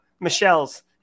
michelle's